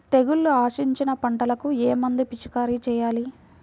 తెగుళ్లు ఆశించిన పంటలకు ఏ మందు పిచికారీ చేయాలి?